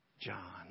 John